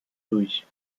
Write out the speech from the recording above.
durch